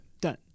Done